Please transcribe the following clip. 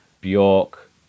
Bjork